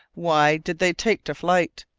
why did they take to flight?